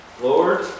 Lord